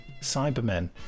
Cybermen